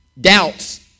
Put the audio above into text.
doubts